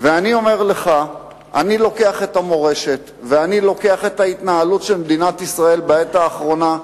ואני לוקח את המורשת ואת ההתנהלות של מדינת ישראל בעת האחרונה,